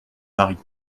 paris